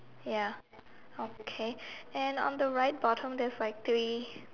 ya okay and on the right bottom there's like three